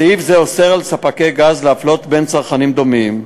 סעיף זה אוסר על ספקי גז להפלות בין צרכנים דומים.